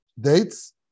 Dates